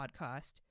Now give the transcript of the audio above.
podcast